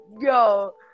yo